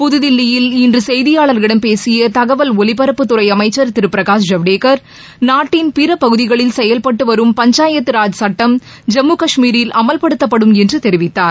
புதுதில்லியில் இன்று செய்தியாளர்களிடம் பேசிய தகவல் ஒலிபரப்புத்துறை அமைச்சர் திரு பிரகாஷ் ஜவடேகர் நாட்டின் பிற பகுதிகளில் செயல்பட்டு வரும் பஞ்சாயத்தராஜ் சட்டம் ஜம்மு கஷ்மீரில் அமல்படுத்தப்படும் என்று தெரிவித்தார்